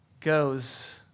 goes